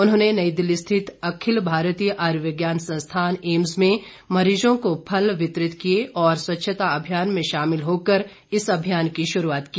उन्होंने नई दिल्ली स्थित अखिल भारतीय आयुर्विज्ञान संस्थान एम्स में मरीजों को फल वितरित किए और स्वच्छता अभियान में शामिल होकर इस अभियान की शुरुआत की